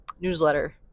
newsletter